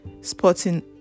sporting